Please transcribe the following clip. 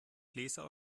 bläser